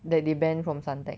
that they banned from Suntec